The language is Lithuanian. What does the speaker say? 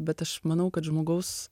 bet aš manau kad žmogaus